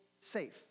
safe